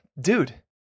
dude